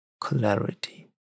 clarity